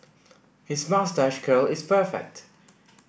his moustache curl is perfect